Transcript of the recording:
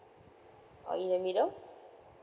or in the middle